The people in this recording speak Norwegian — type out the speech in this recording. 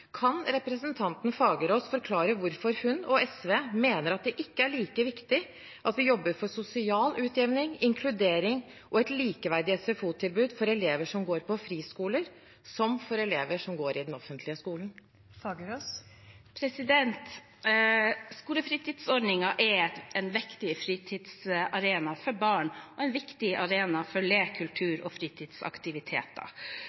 Kan representanten Fagerås forklare hvorfor hun og SV mener at det ikke er like viktig at vi jobber for sosial utjevning, inkludering og et likeverdig SFO-tilbud for elever som går på friskoler, som for elever som går i den offentlige skolen? Skolefritidsordningen er en viktig fritidsarena for barn og en viktig arena for lek,